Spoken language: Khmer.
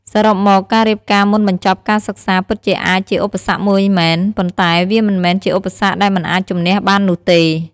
សរុបមក ការរៀបការមុនបញ្ចប់ការសិក្សាពិតជាអាចជាឧបសគ្គមួយមែន ប៉ុន្តែវាមិនមែនជាឧបសគ្គដែលមិនអាចជម្នះបាននោះទេ។